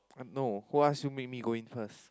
no who ask you make me go in first